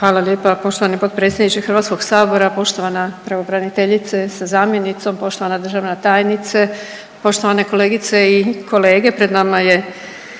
Hvala lijepo poštovani potpredsjedniče sabora, poštovana pravobraniteljice sa suradnicom, poštovana državna tajnice, kolegice i kolege. Kad imamo